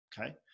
Okay